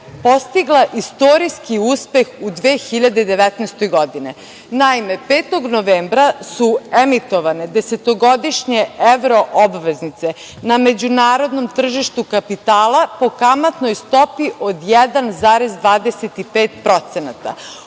postigla istorijski uspeh u 2019. godini. Naime, 5. novembra su emitovane desetogodišnje evroobveznice na međunarodnom tržištu kapitala po kamatnoj stopi od 1,25%.